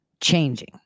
changing